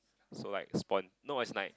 so like respond no as in like